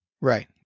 Right